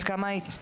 בת כמה היית?